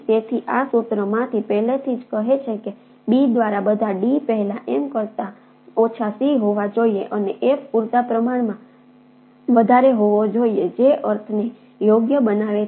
તેથી આ સૂત્રમાંથી પહેલેથી જ કહે છે કે B દ્વારા બધા D પહેલા M કરતા ઓછા C હોવા જોઈએ અને F પૂરતા પ્રમાણમાં વધારે હોવો જોઈએ જે અર્થને યોગ્ય બનાવે છે